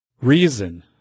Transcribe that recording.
reason